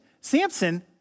Samson